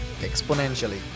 exponentially